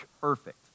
perfect